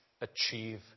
Achieve